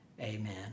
Amen